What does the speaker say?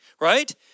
right